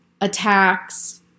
attacks